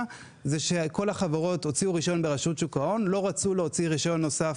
ולא רצו להוציא רישיון נוסף,